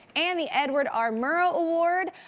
and the edward r murrow award.